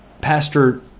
Pastor